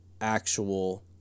actual